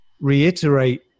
reiterate